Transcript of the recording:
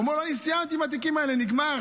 סיימתי עם התיקים האלה, נגמר.